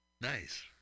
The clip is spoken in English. Nice